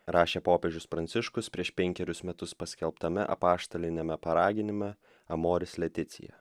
rašė popiežius pranciškus prieš penkerius metus paskelbtame apaštaliniame paraginime amoris leticija